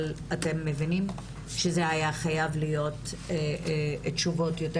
אבל אתם מבינים זה היה חייב להיות תשובות יותר